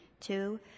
Two